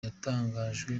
yatangajwe